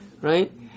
Right